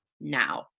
now